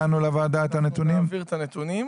נעביר את הנתונים.